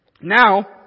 Now